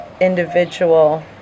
individual